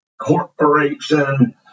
corporation